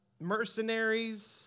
mercenaries